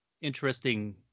interesting